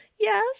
yes